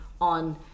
on